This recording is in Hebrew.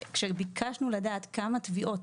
כאשר ביקשנו לדעת כמה תביעות